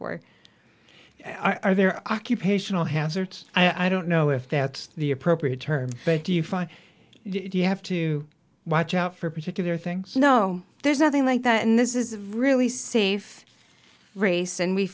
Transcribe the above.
or i are there occupational hazards i don't know if that's the appropriate term but do you find you have to watch out for particular things you know there's nothing like that and this is really safe race and we